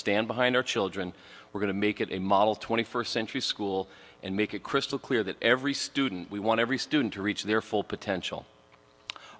stand behind our children we're going to make it a model twenty first century school and make it crystal clear that every student we want every student to reach their full potential